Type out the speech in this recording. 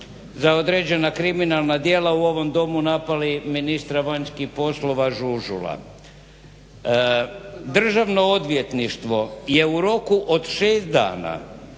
za određena kriminalna djela u ovom Domu napali ministra vanjskih poslova Žužula, Državno odvjetništvo je u roku od 6 dana